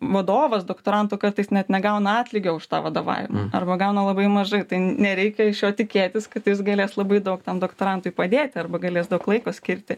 vadovas doktorantų kartais net negauna atlygio už tą vadovavimą arba gauna labai mažai tai nereikia iš jo tikėtis kad jis galės labai daug ten doktorantui padėti arba galės daug laiko skirti